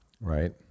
right